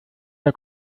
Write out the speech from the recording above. der